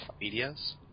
Medias